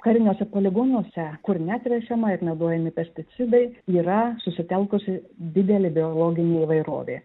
kariniuose poligonuose kur netręšiama ir nenaudojami pesticidai yra susitelkusi didelė biologinė įvairovė